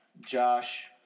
Josh